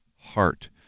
heart